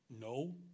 No